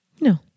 No